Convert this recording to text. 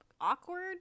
awkward